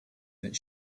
that